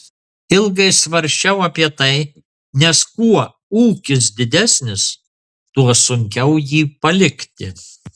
ilgai svarsčiau apie tai nes kuo ūkis didesnis tuo sunkiau jį palikti